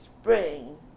spring